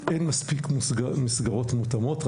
אין מספיק מסגרות מותאמות.